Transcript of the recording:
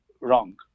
wrong